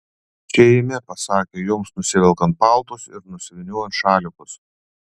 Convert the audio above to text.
čia eime pasakė joms nusivelkant paltus ir nusivyniojant šalikus